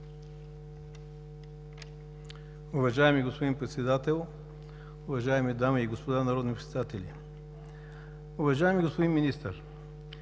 Уважаеми господин Председател, уважаеми дами и господа народни представители! Уважаеми господин Министър,